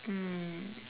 mm